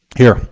here.